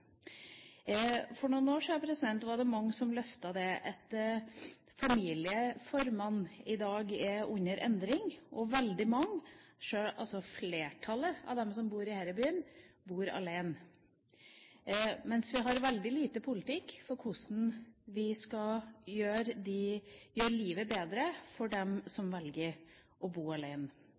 For noen år siden var det mange som løftet det at familieformene i dag er under endring. Flertallet av dem som bor her i byen, bor alene, mens vi har veldig lite politikk for hvordan vi skal gjøre livet bedre for dem som velger å bo alene.